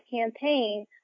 campaign